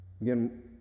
Again